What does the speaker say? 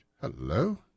Hello